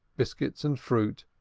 biscuits and fruit,